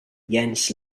jens